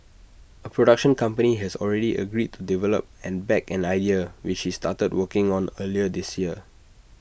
A production company has already agreed to develop and back an idea which he started working on earlier this year